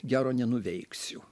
gero nenuveiksiu